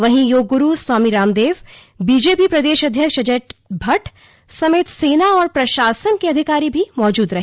वहीं योग ग्रु स्वामी रामदेव बीजेपी प्रदेश अध्यक्ष अजट भट्ट समेत सेना और प्रशासन के अधिकारी भी मौजूद रहे